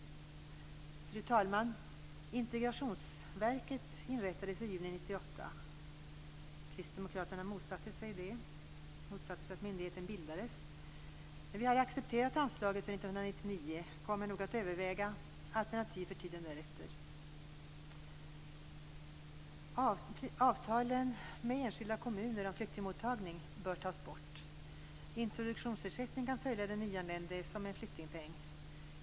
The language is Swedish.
Fru talman! Integrationsverket inrättades i juni 1998. Kristdemokraterna motsatte sig att myndigheten bildades. Vi har accepterat anslaget för 1999, men kommer nog att överväga alternativ för tiden därefter. Avtalen med enskilda kommuner om flyktingmottagning bör tas bort. Introduktionsersättning kan följa den nyanlände som en flyktingpeng.